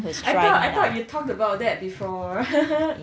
I thought I thought you talked about that before